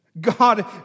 God